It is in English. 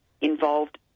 involved